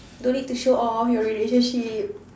don't need to show off your relationship